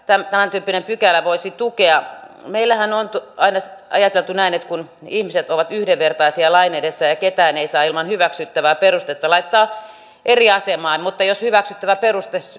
tämän tyyppinen pykälä voisi tukea meillähän on ajateltu näin että ihmiset ovat yhdenvertaisia lain edessä ja ja ketään ei saa ilman hyväksyttävää perustetta laittaa eri asemaan mutta jos hyväksyttävä peruste